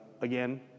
again